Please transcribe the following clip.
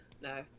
no